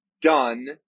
done